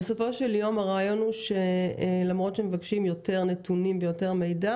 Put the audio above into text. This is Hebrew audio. הרעיון הוא שלמרות שמבקשים יותר נתונים ויותר מידע